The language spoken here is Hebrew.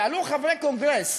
שאלו חברי קונגרס,